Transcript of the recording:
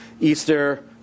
Easter